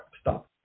stop